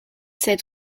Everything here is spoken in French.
sept